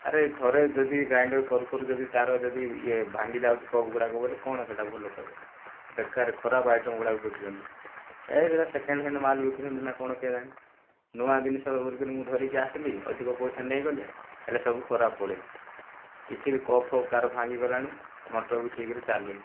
ଆରେ ଥରେ ଯଦି ଗ୍ରାଇଣ୍ଡର କରୁ କରୁ ଯଦି ତାର ଯଦି ଇଏ ଭାଙ୍ଗିଯାଉଛି କପ୍ ଗୁଡ଼ାକ ବୋଲେ କ'ଣ ସେଇଟା ଭଲ କହିବ ବେକାର ଖରାପ ଆଇଟମ୍ ଗୁଡ଼ାକ ବିକୁଛନ୍ତି ଏ ସେଇଟା ସେକେଣ୍ଡହ୍ୟାଣ୍ଡ ମାଲ ବିକୁଛନ୍ତି ନାଁ କ'ଣ କେଜାଣି ନୂଆ ଜିନିଷ ବିଲକୁଲ ମୁଁ ଧରିକି ଆସିଲି ଅଧିକ ପଇସା ନେଇଗଲେ ହେଲେ ସବୁ ଖରାପ ପଡ଼ିଲା କିଛି ବି କପ୍ ଫପ୍ ତାର ଭାଙ୍ଗିଗଲାଣି ମଟର୍ ବି ଠିକରେ ଚାଲୁନି